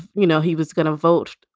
you know, he was going to vote.